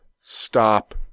stop